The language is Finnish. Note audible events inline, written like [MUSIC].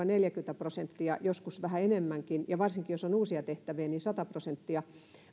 [UNINTELLIGIBLE] neljäkymmentä prosenttia joskus vähän enemmänkin ja varsinkin jos on uusia tehtäviä sata prosenttia